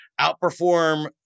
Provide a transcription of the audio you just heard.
outperform